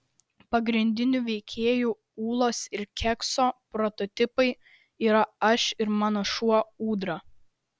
pagrindinių veikėjų ūlos ir kekso prototipai yra aš ir mano šuo ūdra